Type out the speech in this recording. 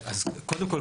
קודם כול,